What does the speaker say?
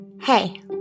Hey